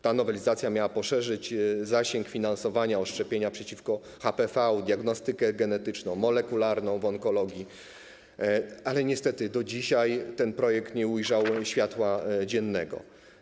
Ta nowelizacja miała poszerzyć zasięg finansowania o szczepienia przeciwko HPV, diagnostykę genetyczną, molekularną w onkologii, ale niestety do dzisiaj ten projekt nie ujrzał światła dziennego.